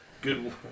good